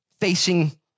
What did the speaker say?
facing